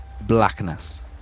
blackness